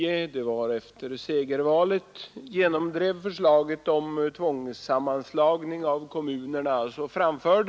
reformen. Tvärtom är det nöd